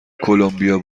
کلمبیا